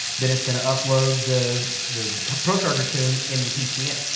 then it's going to upload the the procharger tune into the pcm.